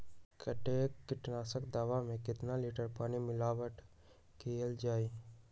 कतेक किटनाशक दवा मे कितनी लिटर पानी मिलावट किअल जाई?